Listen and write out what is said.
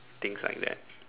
things like that